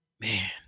Man